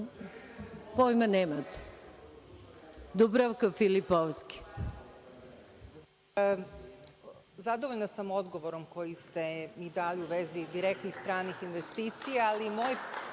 Filipovski. **Dubravka Filipovski** Zadovoljna sam odgovorom koji ste mi dali u vezi direktnih stranih investicija, ali moje